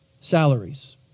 Salaries